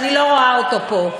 שאני לא רואה אותו פה.